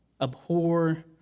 abhor